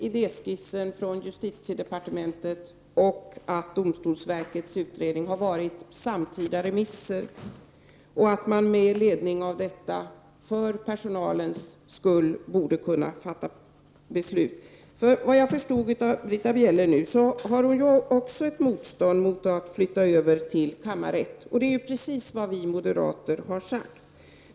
Idéskissen från justitiedepartementet och domstolsverkets utredning har varit samtida remisser. Med anledning av dessa borde vi för personalens skull kunna fatta beslut. Såvitt jag förstår är Britta Bjelle också mot att flytta målen över till kammarrätten. Det är precis vad vi moderater har sagt.